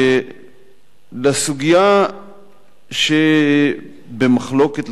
לסוגיה שבמחלוקת,